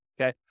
okay